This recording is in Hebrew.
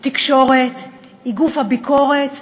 תקשורת היא גוף הביקורת,